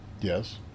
Yes